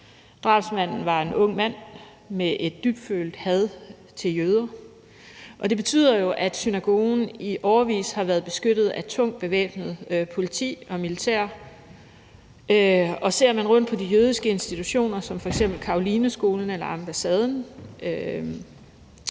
Drabsmanden var en ung mand med et dybfølt had til jøder. Det har jo betydet, at synagogen i årevis har været beskyttet af bevæbnet politi og militær, og ser man rundt på de jødiske institutioner som f.eks. Carolineskolen eller ambassaden,